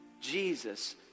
Jesus